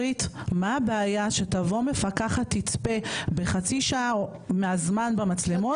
הבעיה שתבוא מפקחת ותצפה במשך חצי שעה במצלמות?